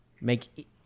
make